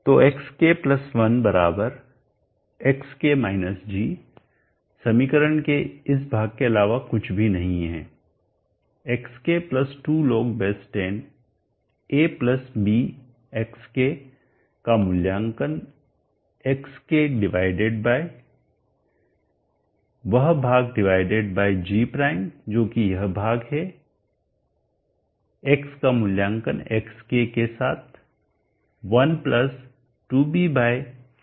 तो x k1 xk g समीकरण के इस भाग के अलावा कुछ भी नहीं है xk2log10 abxk का मूल्यांकन xk डिवाइडेड बाय वह भाग डिवाइडेड बाय g प्राइम जो की यह भाग है x का मूल्यांकन xk के साथ12babxk